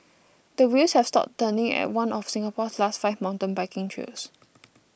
the wheels have stopped turning at one of Singapore's last five mountain biking trails